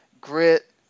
grit